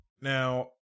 Now